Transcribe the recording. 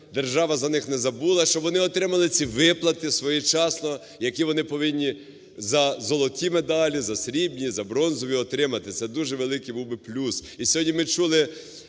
держава за них не забула, щоб вони отримали ці виплати своєчасно, які вони повинні за золоті медалі, за срібні, за бронзові отримати. Це дуже великий був би плюс. І сьогодні ми чули,